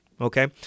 Okay